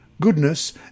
goodness